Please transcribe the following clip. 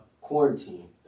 quarantine